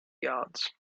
yards